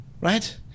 right